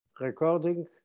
recording